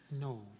No